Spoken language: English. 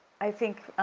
i think,